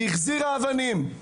היא החזירה אבנים.